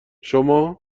شما